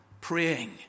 praying